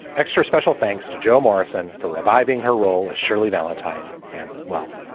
extra special thanks to joe morrison for reviving her role as shirley valentine and well,